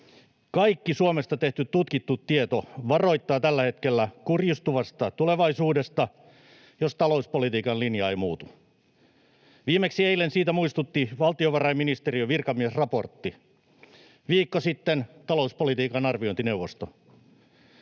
Kaikki Suomesta tehty tutkittu tieto varoittaa tällä hetkellä kurjistuvasta tulevaisuudesta, jos talouspolitiikan linja ei muutu. Viimeksi eilen siitä muistutti valtiovarainministeriön virkamiesraportti, viikko sitten talouspolitiikan arviointineuvosto.